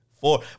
four